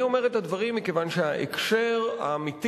אני אומר את הדברים מכיוון שההקשר האמיתי